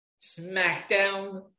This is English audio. SmackDown